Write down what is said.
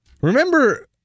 Remember